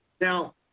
Now